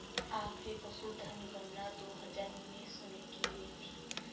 आखिरी पशुधन गणना दो हजार उन्नीस में की गयी थी